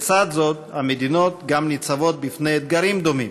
לצד זאת, המדינות גם ניצבות בפני אתגרים דומים,